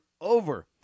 over